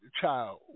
child